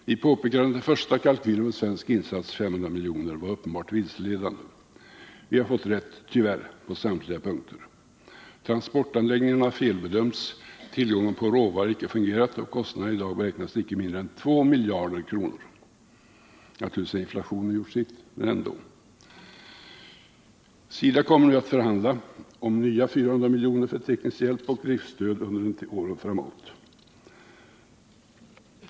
Vi påpekade att den första kalkylen för svensk insats, 500 milj.kr., var uppenbart vilseledande. Vi har fått rätt — tyvärr — på samtliga punkter. Transportanläggningarna har felbedömts, tillgången på råvara har icke fungerat och kostnaderna i dag beräknas till icke mindre än 2 miljarder kronor. Naturligtvis har inflationen gjort sitt — men ändå! SIDA kommer nu att förhandla om 400 nya miljoner för teknisk hjälp och driftstöd under tre år framåt.